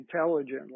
intelligently